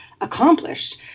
accomplished